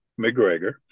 McGregor